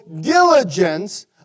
diligence